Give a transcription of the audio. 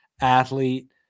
Athlete